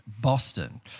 Boston